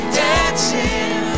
dancing